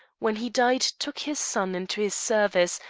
when he died took his son into his service,